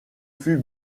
fut